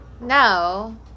No